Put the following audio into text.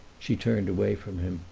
she turned away from him,